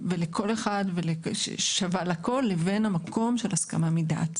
שווה לבין מקום של הסכמה מדעת.